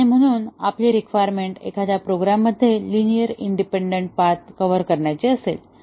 आणि म्हणून आपली रिक्वायरमेंट एखाद्या प्रोग्रॅम मध्ये लिनिअर इंडिपेंडंट पाथ कव्हर करण्याची असेल